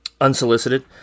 Unsolicited